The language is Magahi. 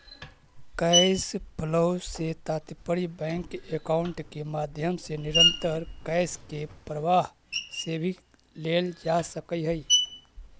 कैश फ्लो से तात्पर्य बैंक अकाउंट के माध्यम से निरंतर कैश के प्रवाह से भी लेल जा सकऽ हई